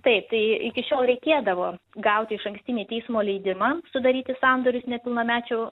taip tai iki šiol reikėdavo gauti išankstinį teismo leidimą sudaryti sandorius nepilnamečių